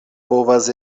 povas